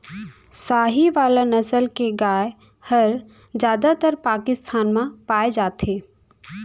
साहीवाल नसल के गाय हर जादातर पाकिस्तान म पाए जाथे